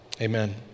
amen